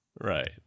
right